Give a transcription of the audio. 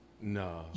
No